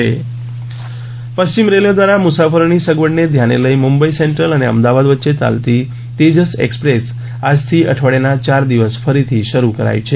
Tejas train પશ્ચિમ railway દ્વારા મુસાફરોની સગવડને ધ્યાને લઇ મુંબઇ સેન્દ્રલ અને અમદાવાદ વચ્ચે યાલતી તેજસ એક્સપ્રેસ આજથી અઠવાડિયાના યાર દિવસ ફરીથી શરૂ કરાઇ છે